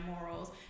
morals